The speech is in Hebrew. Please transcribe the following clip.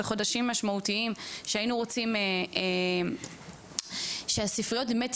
חודשים משמעותיים שהיינו רוצים שהספריות באמת